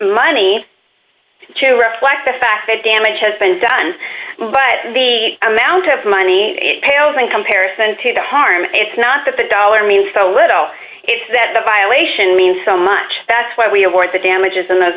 money to reflect the fact that damage has been done but the amount of money it pales in comparison to the harm it's not that the dollar means so little is that the violation means so much that's why we avoid the damages in those